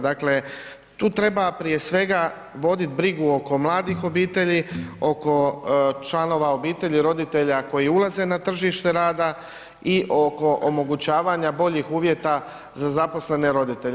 Dakle, tu treba prije svega vodit brigu oko mladih obitelji, oko članova obitelji roditelja koji ulaze na tržište rada, i oko omogućavanja boljih uvjeta za zaposlene roditelje.